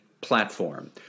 platform